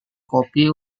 kopi